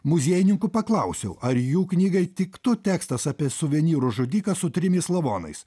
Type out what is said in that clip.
muziejininkų paklausiau ar jų knygai tiktų tekstas apie suvenyro žudiką su trimis lavonais